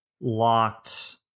locked